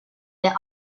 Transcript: their